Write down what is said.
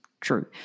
true